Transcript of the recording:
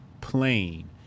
plain